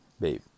babe